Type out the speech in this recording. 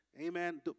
Amen